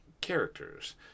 characters